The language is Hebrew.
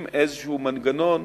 עם מנגנון